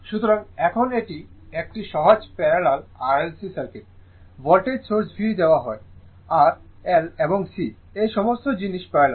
সুতরাং এখন এটি একটি সহজ parallel RLC circuit voltage source V দেওয়া হয় R L এবং C এই সমস্ত জিনিস প্যারালাল